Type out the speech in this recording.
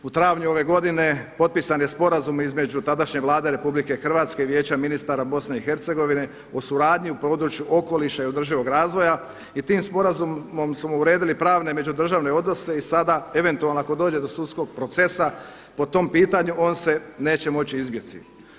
U travnju ove godine potpisan je sporazum između tadanje Vlade RH i Vijeća ministra BiH o suradnji u području okoliša i održivog razvoja i tim sporazumom smo uredili pravne međudržavne odnose i sada eventualno ako dođe do sudskog procesa po tom pitanju on se neće moći izbjeći.